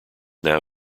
now